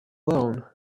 alone